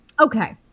Okay